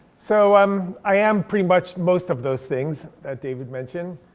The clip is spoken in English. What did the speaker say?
so um i am pretty much most of those things that david mentioned,